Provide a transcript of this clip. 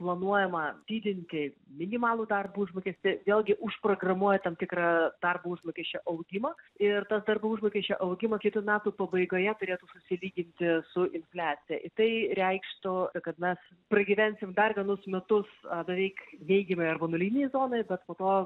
planuojama didinti minimalų darbo užmokestį vėlgi užprogramuoja tam tikrą darbo užmokesčio augimą ir tas darbo užmokesčio augimas kitų metų pabaigoje turėtų susilyginti su infliacija tai reikštų kad mes pragyvensim dar vienus metus beveik neigiamoj arba nulinėj zonoj bet po to